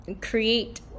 create